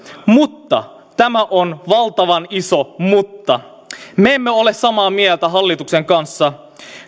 mutta tämä on valtavan iso mutta me emme ole samaa mieltä hallituksen kanssa